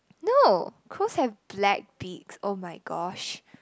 no crows have black beaks oh my gosh